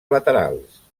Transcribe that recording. laterals